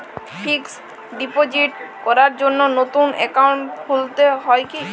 Fix deposit করার জন্য নতুন অ্যাকাউন্ট খুলতে হয় কী?